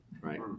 right